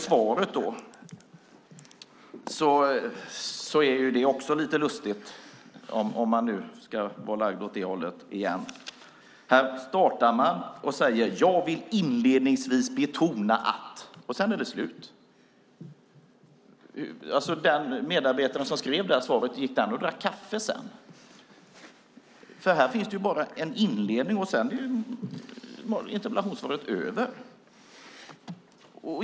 Svaret är också lite lustigt, om man nu är lagd åt det hållet. Arbetsmarknadsministern börjar svaret med att säga: Jag vill inledningsvis betona att . Sedan är det slut. Gick den medarbetare som skrev svaret och drack kaffe sedan? Här finns bara en inledning, sedan är interpellationssvaret slut.